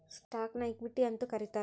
ಸ್ಟಾಕ್ನ ಇಕ್ವಿಟಿ ಅಂತೂ ಕರೇತಾರ